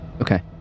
Okay